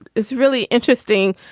it's really interesting.